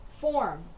Form